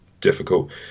difficult